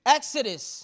Exodus